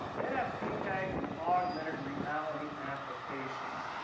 nfc tags and augmented reality applications.